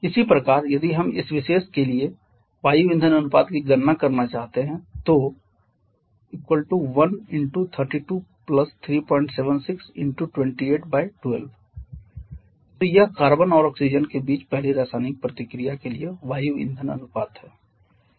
इसी प्रकार यदि हम इस विशेष के लिए वायु ईंधन अनुपात की गणना करना चाहते हैं तो 1323762812 तो यह कार्बन और ऑक्सीजन के बीच पहली रासायनिक प्रतिक्रिया के लिए वायु ईंधन अनुपात है